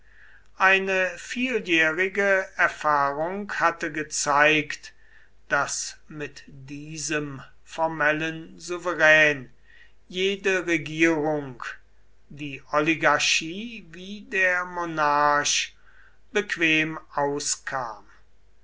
eine vieljährige erfahrung hatte gezeigt daß mit diesem formellen souverän jede regierung die oligarchie wie der monarch bequem auskam